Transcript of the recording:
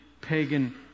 pagan